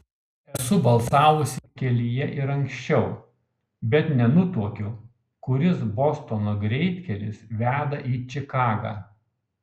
esu balsavusi kelyje ir anksčiau bet nenutuokiu kuris bostono greitkelis veda į čikagą